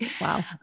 Wow